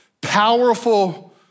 powerful